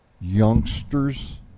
youngsters